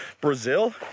Brazil